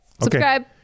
subscribe